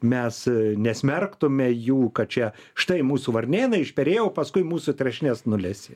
mes nesmerktume jų kad čia štai mūsų varnėnai išperėjau paskui mūsų trešnes nulesė